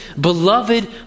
beloved